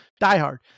diehard